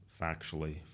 factually